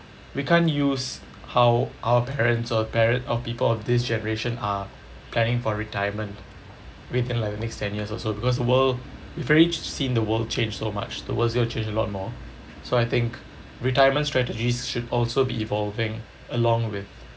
we can't use how our parents or parent of people of this generation are planning for retirement within the next ten years or so because world you've already seen the world change so much the world is going to change a lot more so I think retirement strategies should also be evolving along with